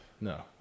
no